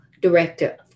Director